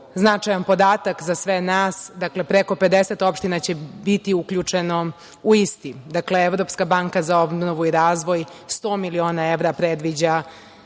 značajan podatak za sve nas. Dakle, preko 50 opština će biti uključeno u isti. Dakle, Evropska banka za obnovu i razvoj 100 miliona evra predviđa